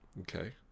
okay